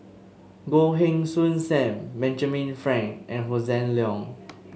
Goh Heng Soon Sam Benjamin Frank and Hossan Leong